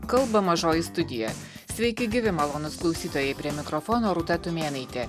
kalba mažoji studija sveiki gyvi malonūs klausytojai prie mikrofono rūta tumėnaitė